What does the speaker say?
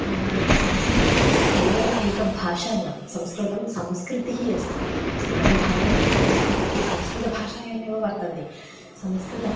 संस्कृतं केवलम् एका भाषा न संस्कृतं संस्कृतिः अस्ति अस्माकं भारतस्य संस्कृतिः संस्कृतभाषायामेव वर्तन्ते संस्कृतम्